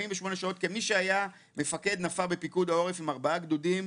כמי שהיה מפקד נפה בפיקוד העורף עם ארבעה גדודים,